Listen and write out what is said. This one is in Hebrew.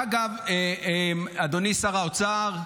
אגב, אדוני שר האוצר,